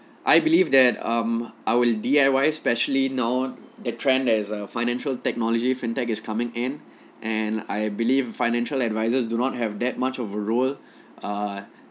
I believe that um I will D_I_Y specially now the trend there's a financial technology fintech is coming in and I believe financial advisors do not have that much of a role uh